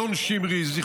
אלון שמריז,